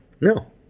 No